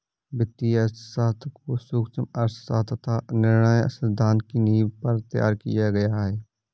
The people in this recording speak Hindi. वित्तीय अर्थशास्त्र को सूक्ष्म अर्थशास्त्र तथा निर्णय सिद्धांत की नींव पर तैयार किया गया है